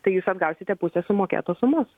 tai jūs atgausite pusę sumokėtos sumos